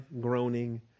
groaning